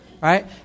right